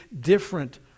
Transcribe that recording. different